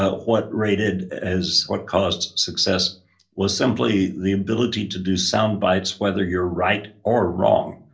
what rated as what caused success was simply the ability to do sound bites, whether you're right or wrong,